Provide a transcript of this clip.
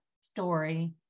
story